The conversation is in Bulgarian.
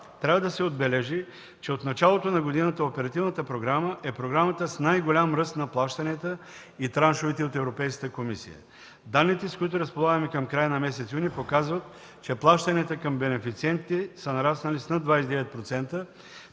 трябва да се отбележи, че от началото на годината оперативната програма е програмата с най-голям ръст на плащанията и траншовете от Европейската комисия. Данните, с които разполагаме към края на месец юни показват, че плащанията към бенефициентите са нараснали с над 29%